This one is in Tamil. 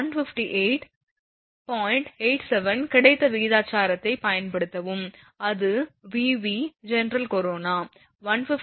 87 கிடைத்த விகிதாச்சாரத்தைப் பயன்படுத்தவும் அது Vv ஜெனரல் கரோனா 158